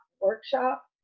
workshop